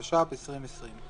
התש"ף-2020.